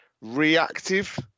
reactive